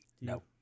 No